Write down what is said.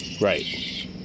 Right